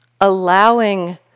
allowing